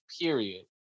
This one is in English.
period